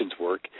work